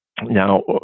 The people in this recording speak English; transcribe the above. now